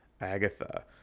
Agatha